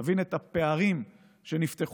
תבין את הפערים שנפתחו,